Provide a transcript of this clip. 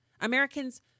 Americans